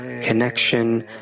connection